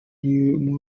nie